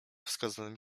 wskazanym